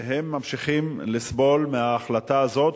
הם ממשיכים לסבול מההחלטה הזאת,